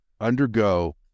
undergo